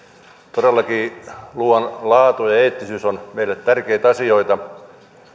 todellakin ruuan laatu ja eettisyys ovat meille tärkeitä asioita